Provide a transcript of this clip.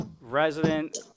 Resident